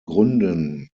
gründen